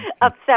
upset